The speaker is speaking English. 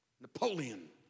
Napoleon